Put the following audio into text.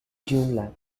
dunlap